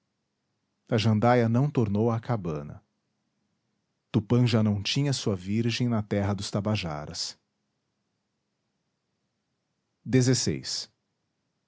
jandaia não tornou à cabana tupã já não tinha sua virgem na terra dos tabajaras